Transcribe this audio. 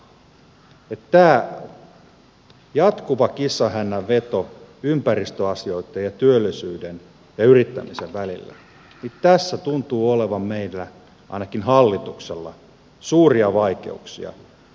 tämä jatkuva kissanhännänveto ympäristöasioitten ja työllisyyden ja yrittämisen välillä tässä tuntuu olevan meillä ainakin hallituksella suuria vaikeuksia